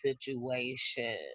situation